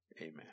Amen